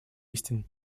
истин